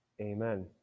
Amen